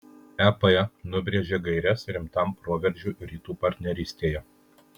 ep nubrėžė gaires rimtam proveržiui rytų partnerystėje